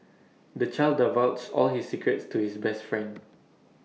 the child divulged all his secrets to his best friend